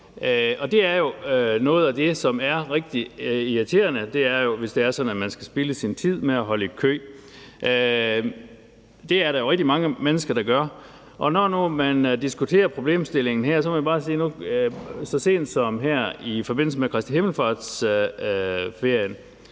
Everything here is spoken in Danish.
E45. Og noget af det, som er rigtig irriterende, er jo, hvis det er sådan, at man skal spilde sin tid med at holde i kø. Det er der jo rigtig mange mennesker der gør. Når nu man diskuterer problemstillingen her, må jeg bare sige: Så sent som her i forbindelse med Kristi himmelfartsferien